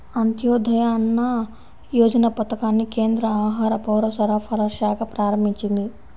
అంత్యోదయ అన్న యోజన పథకాన్ని కేంద్ర ఆహార, పౌరసరఫరాల శాఖ ప్రారంభించింది